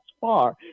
far